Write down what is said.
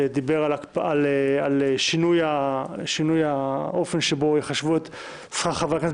שדיבר על שינוי האופן שבו ייחשבו את שכר חברי הכנסת,